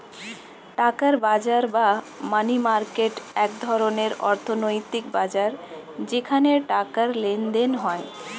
টাকার বাজার বা মানি মার্কেট এক ধরনের অর্থনৈতিক বাজার যেখানে টাকার লেনদেন হয়